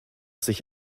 sich